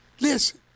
Listen